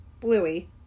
Bluey